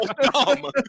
dumb